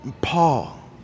Paul